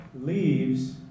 leaves